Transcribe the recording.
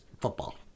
football